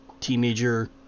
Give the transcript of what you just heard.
teenager